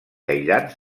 aïllats